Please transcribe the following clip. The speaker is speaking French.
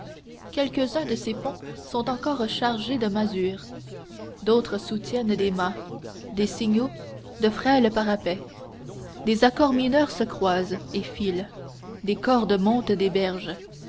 quelques-uns de ces ponts sont encore chargés de masures d'autres soutiennent des mâts des signaux de frêles parapets des accords mineurs se croisent et filent des cordes montent des berges